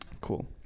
Cool